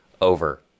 over